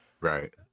Right